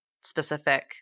specific